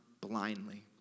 blindly